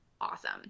awesome